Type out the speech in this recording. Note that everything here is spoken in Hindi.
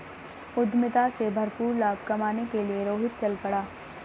उद्यमिता से भरपूर लाभ कमाने के लिए रोहित चल पड़ा